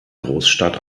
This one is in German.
großstadt